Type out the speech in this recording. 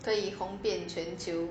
可以红遍全球